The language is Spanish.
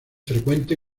frecuente